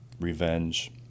revenge